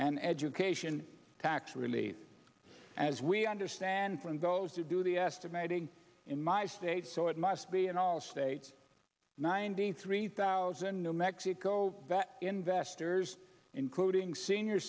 and education tax relief as we understand from those to do the estimating in my state so it must be in all states ninety three thousand new mexico that investors including senior